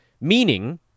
meaning